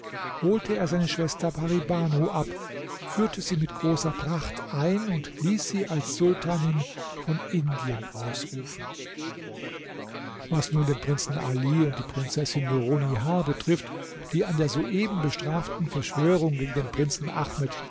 holte er seine schwester pari banu ab führte sie mit großer pracht ein und ließ sie als sultanin von indien ausrufen was nun den prinzen ali und die prinzessin nurunnihar betrifft die an der soeben bestraften verschwörung gegen den prinzen ahmed